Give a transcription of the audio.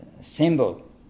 symbol